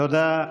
תודה.